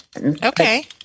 Okay